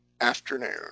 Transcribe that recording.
afternoon